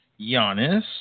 Giannis